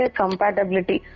compatibility